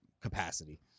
capacity